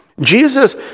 Jesus